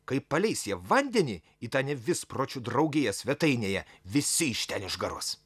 kai paleis jie vandenį į tą nevispročių draugiją svetainėje visi iš ten išgaruos